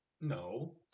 No